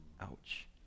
Ouch